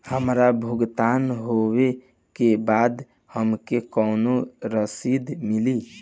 हमार भुगतान होबे के बाद हमके कौनो रसीद मिली?